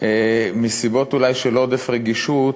אולי מסיבות של עודף רגישות,